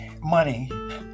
Money